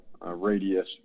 radius